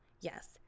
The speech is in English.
yes